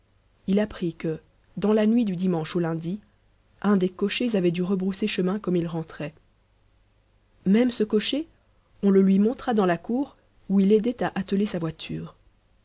il apprit que dans la nuit du dimanche au lundi un des cochers avait dû rebrousser chemin comme il rentrait même ce cocher on le lui montra dans la cour où il aidait à atteler sa voiture